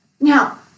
Now